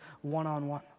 one-on-one